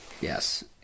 Yes